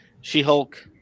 She-Hulk